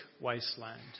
wasteland